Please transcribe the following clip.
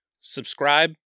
subscribe